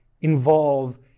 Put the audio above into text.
involve